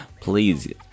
Please